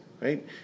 Right